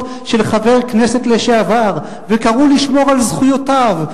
של חבר כנסת לשעבר וקראו לשמור על זכויותיו,